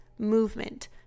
movement